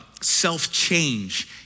self-change